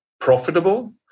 profitable